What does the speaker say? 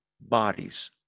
bodies